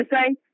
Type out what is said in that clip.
say